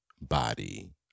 body